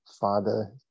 father